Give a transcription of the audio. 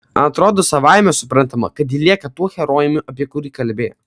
atrodo savaime suprantama kad ji lieka tuo herojumi apie kurį kalbėjo